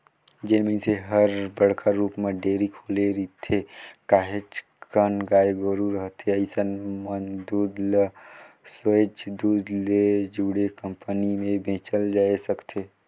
जेन मइनसे हर बड़का रुप म डेयरी खोले रिथे, काहेच कन गाय गोरु रखथे अइसन मन दूद ल सोयझ दूद ले जुड़े कंपनी में बेचल जाय सकथे